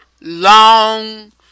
long